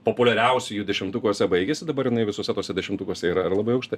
populiariausiųjų dešimtukuose baigėsi dabar jinai visuose tuose dešimtukuose yra ir labai aukštai